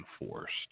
enforced